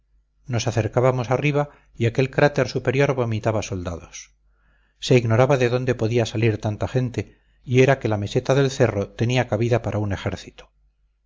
nos acercábamos arriba y aquel cráter superior vomitaba soldados se ignoraba de dónde podía salir tanta gente y era que la meseta del cerro tenía cabida para un ejército